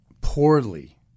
poorly